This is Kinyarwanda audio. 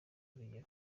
urugero